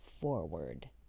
forward